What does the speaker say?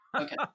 Okay